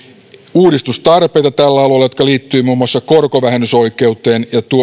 uudistustarpeita jotka liittyvät muun muassa korkovähennysoikeuteen ja